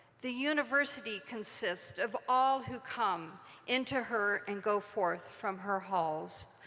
the university consists of all who come into her and go forth from her halls,